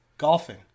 Golfing